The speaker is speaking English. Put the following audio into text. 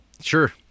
Sure